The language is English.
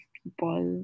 people